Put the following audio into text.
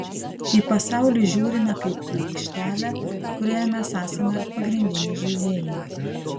į pasaulį žiūrime kaip į aikštelę kurioje mes esame pagrindiniai žaidėjai